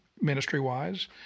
ministry-wise